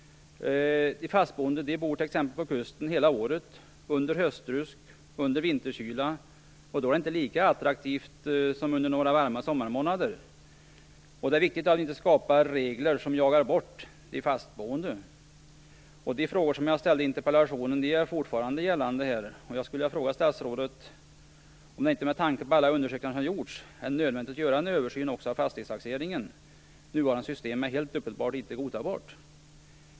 De fastboende bor vid kusten hela året, under höstrusk och under vinterkyla. Då är det inte lika attraktivt som under några varma sommarmånader. Det är viktigt att vi inte skapar regler som jagar bort de fastboende. De frågor som jag ställde i interpellationen är fortfarande gällande. Med tanke på alla undersökningar som har gjorts vill jag fråga statsrådet om det inte är nödvändigt att göra en översyn också av fastighetstaxeringen. Det nuvarande systemet är helt uppenbart inte godtagbart.